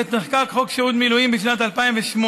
עת שנחקק חוק שירות מילואים, בשנת 2008,